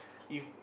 if